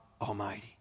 Almighty